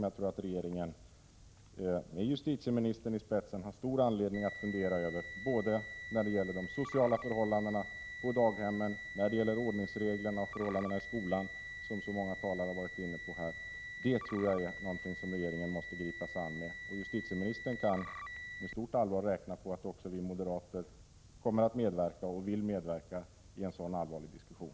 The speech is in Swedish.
Jag tror att regeringen med justitieministern i spetsen har stor anledning att fundera över både de sociala 43 förhållandena på daghem samt ordningsreglerna och förhållandena i skolan, som så många talare här har varit inne på. Jag tror att det är någonting som regeringen måste gripa sig an. Justitieministern kan med stort allvar räkna med att också vi moderater vill och kommer att medverka i en sådan allvarlig diskussion.